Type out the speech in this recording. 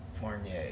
Fournier